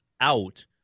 out